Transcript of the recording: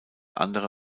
andere